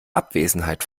abwesenheit